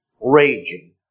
raging